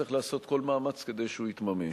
צריך לעשות כל מאמץ כדי שהוא יתממש.